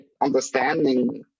understanding